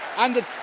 and